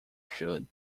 should